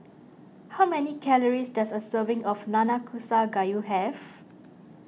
how many calories does a serving of Nanakusa Gayu have